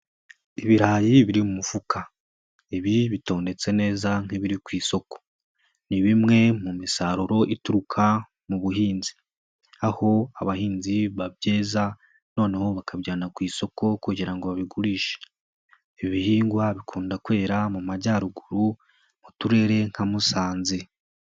Ibirayi biri mu mufuka. Ibi bitondetse neza nkibiri ku isoko. Ni bimwe mu misaruro ituruka mu buhinzi, aho abahinzi babyeza noneho bakajyana ku isoko kugira ngo babigurishe. Ibi bihingwa bikunda kwera mu majyaruguru mu turere nka musanze.